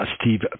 Steve